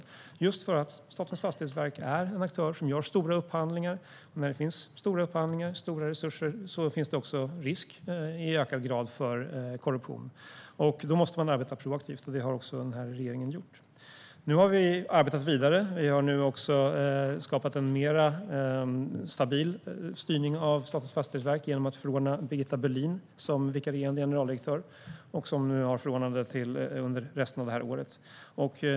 Det är just för att Statens fastighetsverk är en aktör som gör stora upphandlingar. När det finns stora upphandlingar och stora resurser finns det också risk i ökad grad för korruption. Då måste man arbeta proaktivt. Det har också regeringen gjort. Nu har vi arbetat vidare. Vi har skapat en mer stabil styrning av Statens fastighetsverk genom att förordna Birgitta Böhlin som vikarierande generaldirektör som nu har förordnande under resten av året.